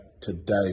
today